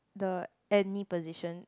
the any position